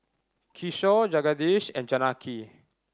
Kishore Jagadish and Janaki